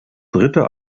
dritte